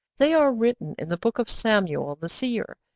they are written in the book of samuel the seer,